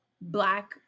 black